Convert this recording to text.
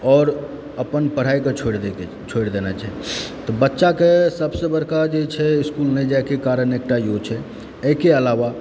आओर अपन पढ़ाईके छोड़ि देने छै तऽ बच्चाकेँ सभसँ बड़का जे छै इस्कूल नहि जाइके कारण एकटा इहो छै एहिके आलावा